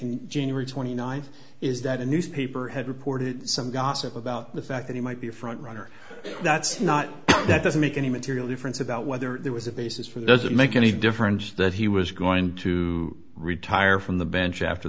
and january twenty ninth is that a newspaper had reported some gossip about the fact that he might be a front runner that's not that doesn't make any material difference about whether there was a basis for the does it make any difference that he was going to retire from the bench after